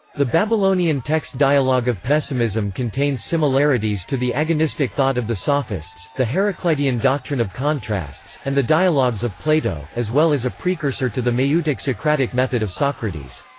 the babylonian text dialogue of pessimism contains similarities to the agonistic thought of the sophists, the heraclitean doctrine of contrasts, and the dialogs of plato, as well as a precursor to the maieutic socratic method of socrates.